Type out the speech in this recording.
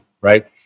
right